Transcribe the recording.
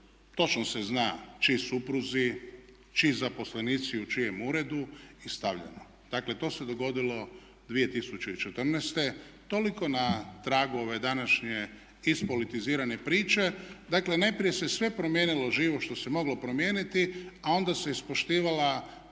točno se zna čiji supruzi, čiji zaposlenici u čijem uredu i stavljeno. Dakle to se dogodilo 2014. Toliko na tragu ove današnje ispolitizirane priče. Dakle najprije se sve promijenilo živo što se moglo promijeniti a onda se ispoštivala